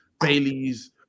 Bailey's